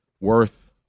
worth